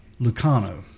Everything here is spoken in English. Lucano